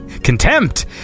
contempt